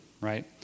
right